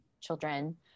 children